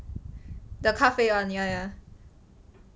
the 咖啡 [one] ya ya